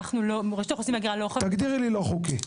רשות ההגירה --- תגדירי לי לא חוקי.